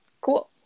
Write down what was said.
cool